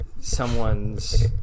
someone's